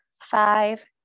five